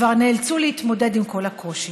כבר נאלצו להתמודד עם כל הקושי.